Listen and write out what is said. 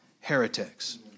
heretics